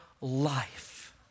life